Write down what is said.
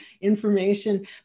information